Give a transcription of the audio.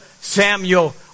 Samuel